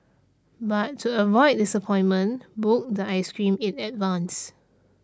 but to avoid disappointment book the ice cream in advance